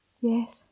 Yes